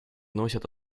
носят